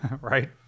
Right